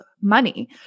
money